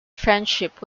friendship